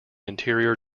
interior